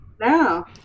No